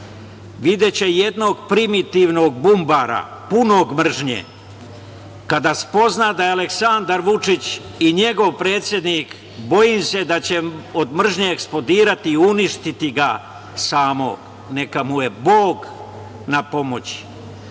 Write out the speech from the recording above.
videće jednog primitivnog bumbara, punog mržnje kada spozna da je Aleksandar Vučić i njegov predsednik, bojim se da će od mržnje eksplodirati i uništiti ga samog. Neka mu je Bog na